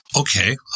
Okay